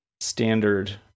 standard